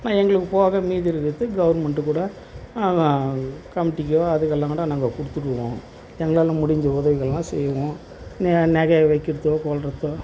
எங்களுக்கு போக மீதி இருக்கிறது கவுர்மெண்ட்டுக்கு கூட கமிட்டிக்கோ அதுக்கெல்லாம் கூட நாங்கள் கொடுத்துடுவோம் எங்களால் முடிஞ்ச உதவிகள்லாம் செய்வோம் நகை வைக்கிறதோ கொள்றதோ